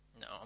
no